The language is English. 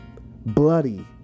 Bloody